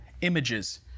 images